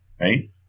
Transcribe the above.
Right